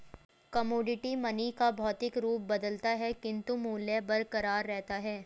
commodity money का भौतिक रूप बदलता है किंतु मूल्य बरकरार रहता है